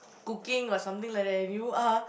cooking or something like that you are